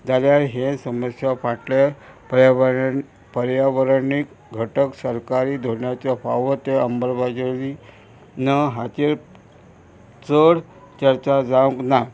जाल्यार हे समस्या फाटल्या पर्यावरण पर्यावरणीक घटक सरकारी धोण्याचो फावो त्या अंबलबजावणी न हाचेर चड चर्चा जावंक ना